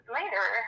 later